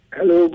Hello